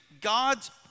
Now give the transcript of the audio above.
God's